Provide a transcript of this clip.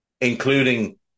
including